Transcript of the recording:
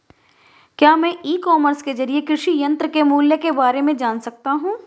क्या मैं e commerce के ज़रिए कृषि यंत्र के मूल्य में बारे में जान सकता हूँ?